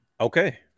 Okay